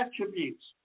attributes